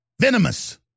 venomous